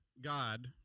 God